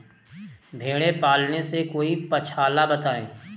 भेड़े पालने से कोई पक्षाला बताएं?